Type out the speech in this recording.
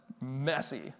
messy